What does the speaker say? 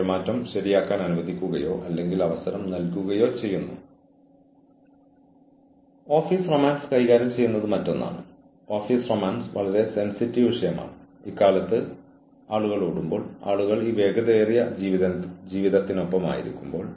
പക്ഷേ അച്ചടക്കനടപടികൾക്കിടയിൽ മാത്രമാണ് നമ്മൾ ഇരുന്നു എന്താണ് സംഭവിക്കുന്നതെന്നും എന്ത് കൊണ്ട് കാര്യങ്ങൾ വേണ്ട രീതിയിൽ നടന്നില്ല എന്നും വിലയിരുത്തുമ്പോൾ പ്രത്യേകിച്ച് പുരോഗമനപരമായ ഒരു അച്ചടക്ക നടപടിക്രമത്തിൽ എന്താണ് വേണ്ടത് ആവശ്യമില്ലാത്തത് എന്താണ് എന്നിവ നമ്മൾ തിരിച്ചറിയുന്നുണ്ടോ